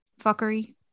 fuckery